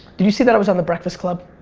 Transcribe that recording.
did you see that i was on the breakfast club?